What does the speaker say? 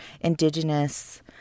indigenous